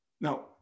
Now